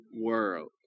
world